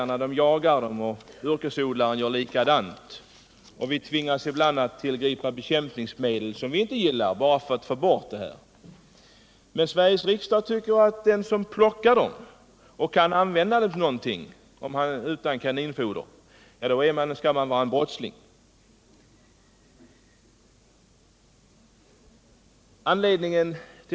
Utskottet har här resignerat yppat tanken att socialstyrelsen bör hålla err, helst flera Argusögon på detta problem.